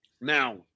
now